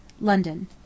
London